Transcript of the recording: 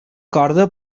corda